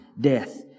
Death